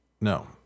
No